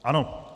Ano.